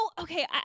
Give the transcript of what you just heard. okay